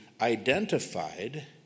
identified